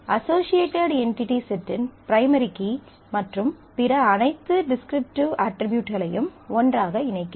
associated entity செட்டின் primary key மற்றும் பிற அனைத்து டிஸ்கிரிப்டிவ் அட்ரிபியூட்களையும் ஒன்றாக இணைக்கிறோம்